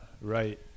Right